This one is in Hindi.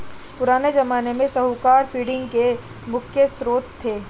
पुराने ज़माने में साहूकार फंडिंग के मुख्य श्रोत थे